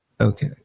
Okay